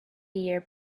year